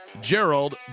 Gerald